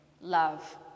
love